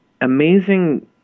Amazing